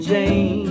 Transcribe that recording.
Jane